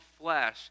flesh